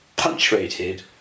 Punctuated